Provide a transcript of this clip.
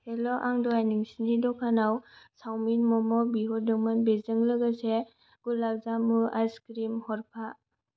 hello आं दहाय नोंसोरनि दखानाव चावमिन मम' बिहरदोंमोन बेजों लोगोसे गुलाब जामुन आइसक्रिम हरफा